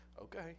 okay